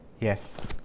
yes